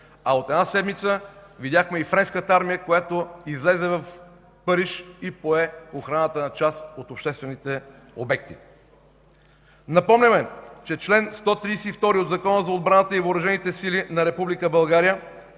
а от една седмица видяхме и Френската армия, която излезе в Париж и пое охраната на част от обществените обекти. Напомняме, че чл. 132 от Закона за отбраната и въоръжените сили на